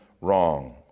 wrong